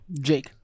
Jake